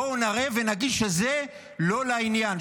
בואו נראה ונגיד שזה לא לעניין,